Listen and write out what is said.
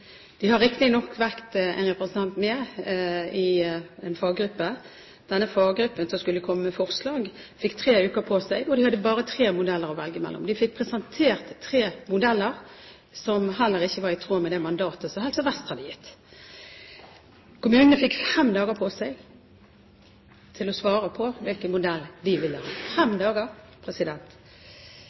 har riktignok vært en representant med i en faggruppe. Denne faggruppen, som skulle komme med forslag, fikk tre uker på seg, og de hadde bare tre modeller å velge mellom. De fikk presentert tre modeller som heller ikke var i tråd med det mandatet som Helse Vest hadde gitt. Kommunene fikk fem dager på seg til å svare på hvilken modell de ville ha – fem dager!